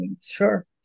sure